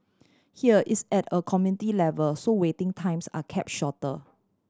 here it's at a community level so waiting times are kept shorter